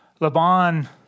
Laban